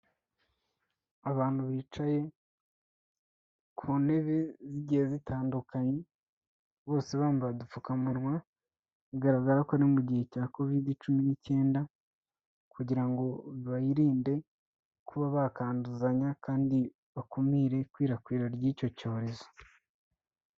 Abantu bicaye ku ntebe zigiye zitandukanye, bose bambaye udupfukamunwa, bigaragara ko ari mu gihe cya covid-19, kugira ngo birinde kuba bakanduzanya kandi bakumire ikwirakwira ry'icyo cyorezo.